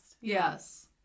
yes